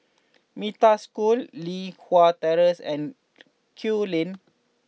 Metta School Li Hwan Terrace and Kew Lane